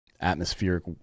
atmospheric